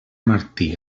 martí